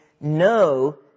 no